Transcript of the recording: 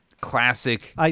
classic